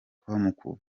umuntu